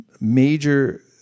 major